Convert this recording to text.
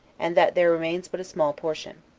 and that there remains but a small portion.